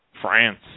France